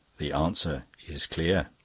the answer is clear.